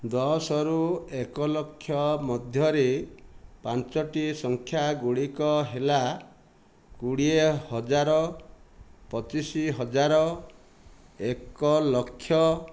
ଦଶରୁ ଏକଲକ୍ଷ ମଧ୍ୟରେ ପାଞ୍ଚଟି ସଂଖ୍ୟା ଗୁଡ଼ିକ ହେଲା କୋଡ଼ିଏ ହଜାର ପଚିଶ ହଜାର ଏକ ଲକ୍ଷ